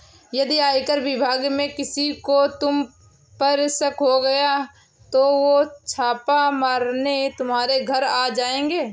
यदि आयकर विभाग में किसी को तुम पर शक हो गया तो वो छापा मारने तुम्हारे घर आ जाएंगे